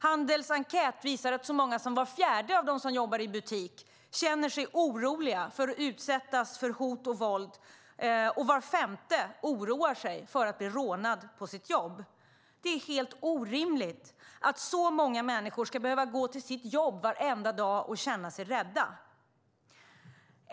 Handels enkätundersökning visar att så många som var fjärde som jobbar i butik känner sig orolig för att utsättas för hot och våld och var femte oroar sig för att bli rånad på sitt jobb. Det är helt orimligt att så många människor ska behöva gå till jobbet och varenda dag känna sig rädd.